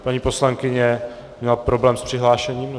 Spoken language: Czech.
Paní poslankyně měla problém s přihlášením?